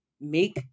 make